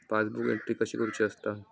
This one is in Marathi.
पासबुक एंट्री कशी करुची असता?